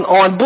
on